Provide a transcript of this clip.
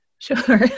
Sure